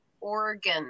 Oregon